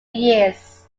years